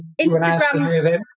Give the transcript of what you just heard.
Instagram